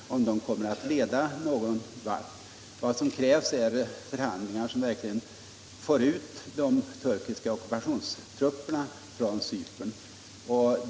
23 oktober 1975 Vad som krävs är förhandlingar som snabbt leder till att man får ut LL de turkiska ockupationstrupperna från Cypern.